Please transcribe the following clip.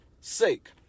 sake